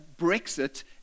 Brexit